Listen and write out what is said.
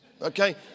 Okay